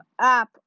app